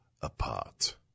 apart